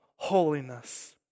holiness